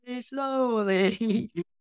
slowly